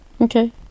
Okay